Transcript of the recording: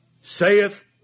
saith